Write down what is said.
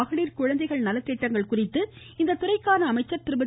மகளிர் குழந்தைகள் நலத்திட்டங்கள் குறித்து இத்துறைக்கான அமைச்சர் திருமதி